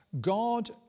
God